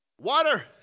water